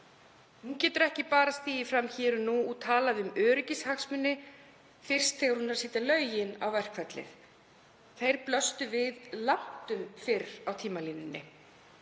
Hún getur ekki bara stigið fram hér og nú og talað um öryggishagsmuni fyrst þegar hún er að setja lögin á verkfallið. Þeir blöstu við langtum fyrr á tímalínunni.